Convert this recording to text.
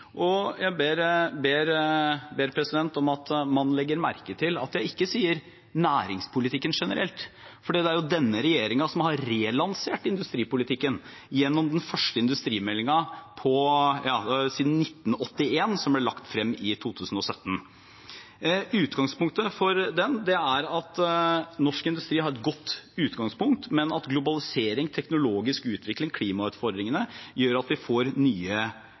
ber om at man legger merke til at jeg ikke sier næringspolitikken generelt, for det er jo denne regjeringen som har relansert industripolitikken gjennom den første industrimeldingen siden 1981, som ble lagt frem i 2017 – er godt, men globalisering, teknologisk utvikling og klimautfordringene gjør at vi får nye utfordringer. Hvis man ser på norsk industri